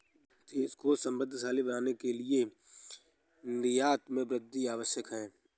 देश को समृद्धशाली बनाने के लिए निर्यात में वृद्धि आवश्यक है